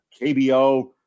KBO